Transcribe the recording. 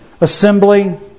assembly